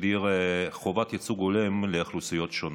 הגדיר חובת ייצוג הולם לאוכלוסיות שונות.